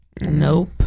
Nope